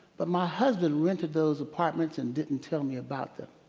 but my husband rented those apartments and didn't tell me about them.